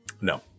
No